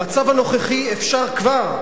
במצב הנוכחי אפשר כבר,